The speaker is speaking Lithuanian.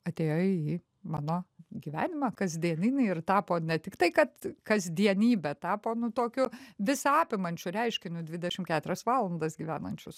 atėjo į mano gyvenimą kasdieninį ir tapo ne tiktai kad kasdienybe tapo nu tokiu visa apimančiu reiškiniu dvidešim keturias valandas gyvenančius